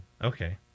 Okay